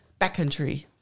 Backcountry